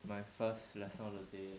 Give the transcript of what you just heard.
my first lesson of the day